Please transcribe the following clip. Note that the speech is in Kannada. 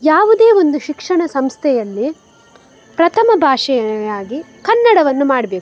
ಯಾವುದೇ ಒಂದು ಶಿಕ್ಷಣ ಸಂಸ್ಥೆಯಲ್ಲಿ ಪ್ರಥಮ ಭಾಷೆಯಾಗಿ ಕನ್ನಡವನ್ನು ಮಾಡಬೇಕು